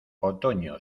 otoño